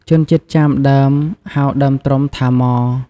ជនជាតិចាមដើម ហៅដើមត្រុំថា ម៉។